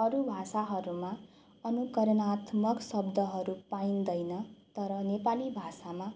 अरू भाषाहरूमा अनुकरणात्मक शब्दहरू पाइँदैन तर नेपाली भाषामा